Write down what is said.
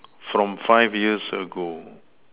from five years ago